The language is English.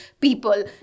people